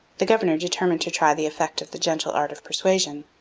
the governor determined to try the effect of the gentle art of persuasion.